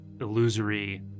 illusory